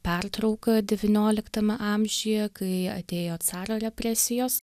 pertrauka devynioliktame amžiuje kai atėjo caro represijos